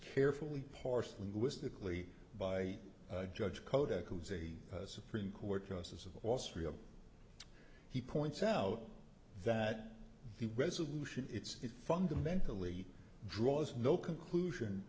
carefully parsed linguistically by judge koda who is a supreme court justice of austria he points out that the resolution it's fundamentally draws no conclusion